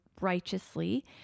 righteously